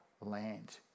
land